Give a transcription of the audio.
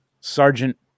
Sergeant